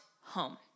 home